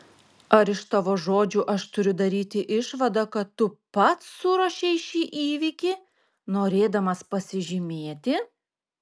ar iš tavo žodžių aš turiu daryti išvadą kad tu pats suruošei šį įvykį norėdamas pasižymėti